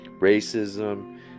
racism